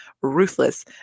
ruthless